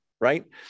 right